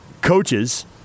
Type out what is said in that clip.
coaches